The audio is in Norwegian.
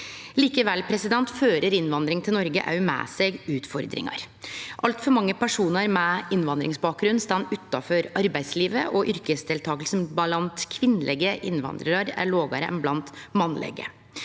Likevel fører innvandring til Noreg òg med seg utfordringar. Altfor mange personar med innvandringsbakgrunn står utanfor arbeidslivet, og yrkesdeltakinga blant kvinnelege innvandrarar er lågare enn blant mannlege.